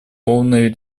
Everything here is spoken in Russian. полной